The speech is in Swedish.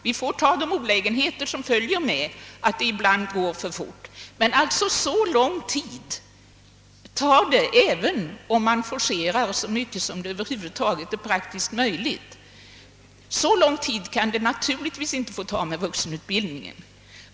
Vi måste ta de olägenheter som följer med att det ibland går för fort. Så lång tid tar det alltså även om man forcerar så mycket som det över huvud taget är praktiskt möjligt. Så lång tid kan det naturligtvis inte få ta med vuxenutbildningen.